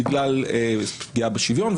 בגלל פגיעה בשוויון.